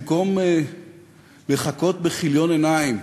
במקום לחכות בכיליון עיניים